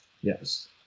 Yes